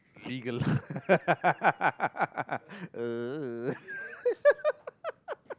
legal l~ l~ l~